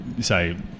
say